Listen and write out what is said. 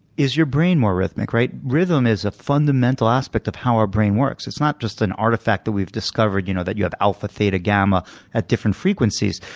is your brain more rhythmic? rhythm is a fundamental aspect of how our brain works. it's not just an artifact that we've discovered, you know that you have alpha, theta, gamma at different frequencies.